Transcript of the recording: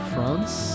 France